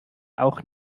auch